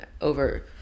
over